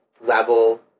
level